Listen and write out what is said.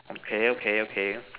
okay okay okay